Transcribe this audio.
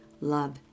love